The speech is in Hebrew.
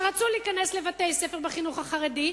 שרצו להיכנס לבתי-ספר בחינוך החרדי,